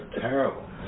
terrible